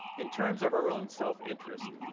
in terms of our own self-interest,